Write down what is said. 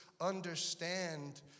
understand